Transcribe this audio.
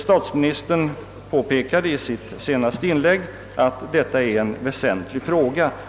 Statsministern påpekade i sitt senaste inlägg att detta är en väsentlig fråga.